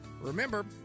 Remember